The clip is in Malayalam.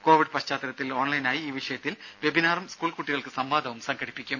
കോവിഡ് പശ്ചാത്തലത്തിൽ ഓൺലൈനായി ഈ വിഷയത്തിൽ വെബിനാറും സ്കൂൾ കുട്ടികൾക്ക് സംവാദവും സംഘടിപ്പിക്കും